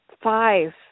five